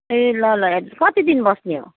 ए ल ल कति दिन बस्ने हो